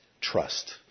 trust